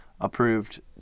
approved